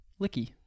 Licky